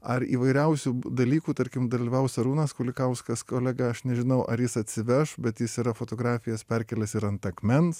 ar įvairiausių dalykų tarkim dalyvaus arūnas kulikauskas kolega aš nežinau ar jis atsiveš bet jis yra fotografijas perkėlęs ir ant akmens